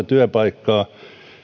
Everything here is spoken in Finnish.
työpaikkaa